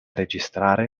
registrare